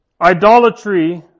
Idolatry